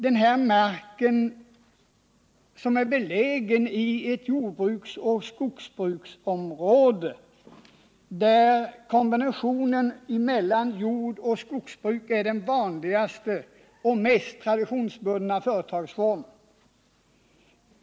Den här marken är belägen i ett område där kombinationen av jordbruk och skogsbruk är den vanligaste och mest traditionsbundna företagsformen.